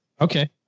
Okay